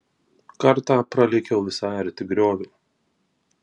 kartą pralėkiau visai arti griovio